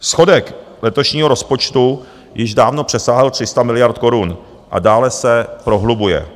Schodek letošního rozpočtu již dávno přesáhl 300 miliard korun a dále se prohlubuje.